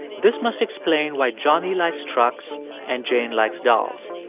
this must explain why johnny likes trucks and jane likes dolls.